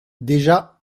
déjà